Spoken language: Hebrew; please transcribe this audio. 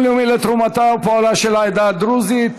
לאומי לתרומתה ופועלה של העדה הדרוזית,